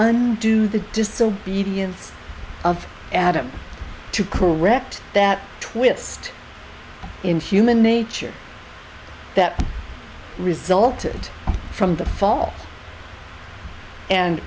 undo the disobedience of adam to correct that twist in human nature that resulted from the fall and